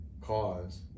cause